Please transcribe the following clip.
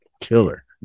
Killer